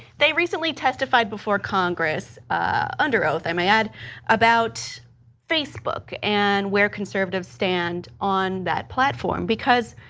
they recently testified before congress under oath i might add about facebook and where conservatives stand on that platform because